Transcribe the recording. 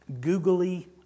googly